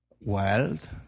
Wild